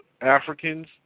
Africans